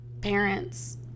parents